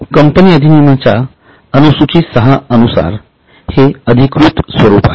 company अधिनियमच्या अनुसूची सहा नुसार हे अधिकृत स्वरूप आहे